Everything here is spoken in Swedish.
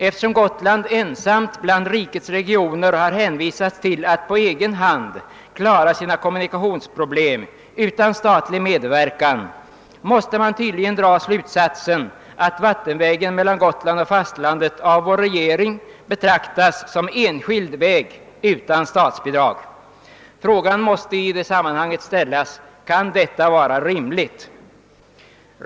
Eftersom Gotland ensamt bland rikets regioner har hänvisats att på egen hand klara sina kommunikationsproblem utan statlig medverkan, måste man tydligen dra slutsatsen att vattenvägen mellan Gotland och fastlandet av vår regering betraktas som enskild väg utan statsbidrag. Frågan måste då ställas: Kan detta vara rimligt?